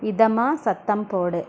இதமாக சத்தம் போடு